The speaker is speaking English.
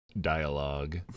dialogue